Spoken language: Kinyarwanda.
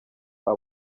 hari